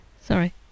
sorry